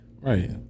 Right